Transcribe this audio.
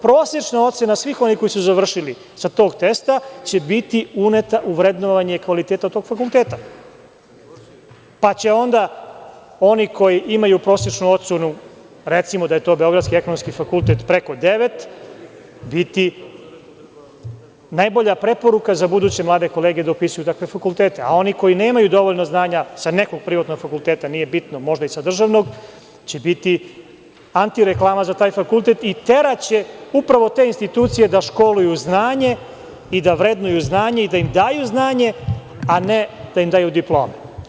Prosečna ocena svih onih koji su završili sa tog testa će biti uneta u vrednovanje kvaliteta tog fakulteta, pa će onda oni koji imaju prosečnu ocenu, recimo da je to beogradski Ekonomski fakultet preko devet, biti najbolja preporuka za buduće mlade kolege da upisuju takve fakultete, a oni koji nemaju dovoljno znanja se nekog privatnog fakulteta, nije bitno, možda i sa državnog, će biti antireklama za taj fakultet i teraće upravo te institucije da školuju znanje i da vrednuju znanje i da im daju znanje, a ne da im daju diplome.